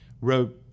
wrote